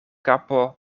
kapo